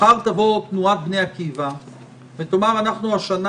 מחר תבוא תנועת בני עקיבא ותאמר שהשנה